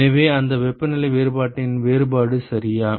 எனவே அந்த வெப்பநிலை வேறுபாட்டின் வேறுபாடு சரியா